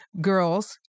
girls